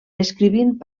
escrivint